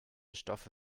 stoffe